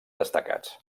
destacats